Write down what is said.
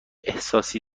احساسی